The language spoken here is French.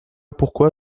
pourquoi